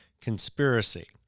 conspiracy